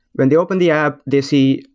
when they open the app they see,